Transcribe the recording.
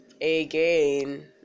again